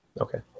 Okay